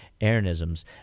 Aaronisms